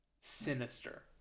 sinister